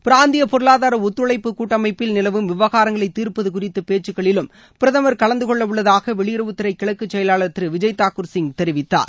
பிராந்திய பொருளாதார ஒத்துழைப்பு கூட்டமைப்பில் நிலவும் விவகாரங்களை தீர்ப்பது குறித்த பேச்சுக்களிலும் பிரதமர் கலந்து கொள்ளவுள்ளதாக வெளியுறவுத்துறை கிழக்கு செயலாளர் திரு விஜய் தாக்கூர் சிங் தெரிவித்தார்